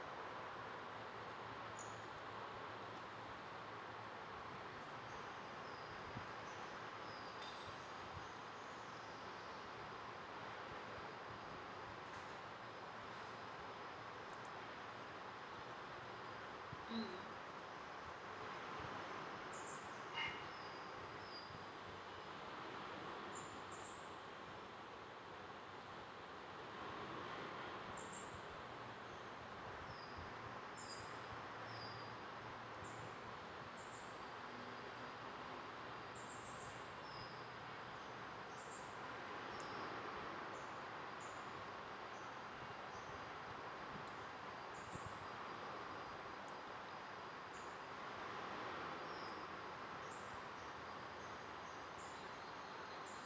mm